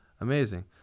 amazing